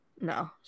No